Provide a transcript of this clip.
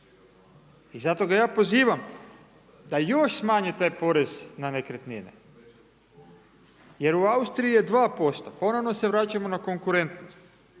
I zato ga ja pozivam da još smanji taj porez na nekretnine. Jer u Austriji je 2%. Ponovno se vraćamo na konkurentnost.